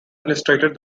illustrated